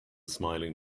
smiling